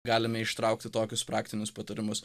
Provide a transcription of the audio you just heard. galime ištraukti tokius praktinius patarimus